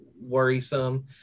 worrisome